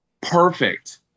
perfect